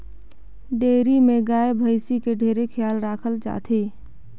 dairy में गाय, भइसी के ढेरे खयाल राखल जाथे